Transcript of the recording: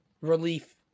relief